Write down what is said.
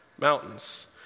Mountains